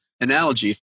analogy